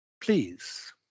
Please